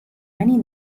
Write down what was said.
many